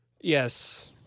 Yes